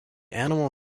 animal